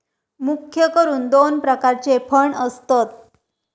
मुख्य करून दोन प्रकारचे फंड असतत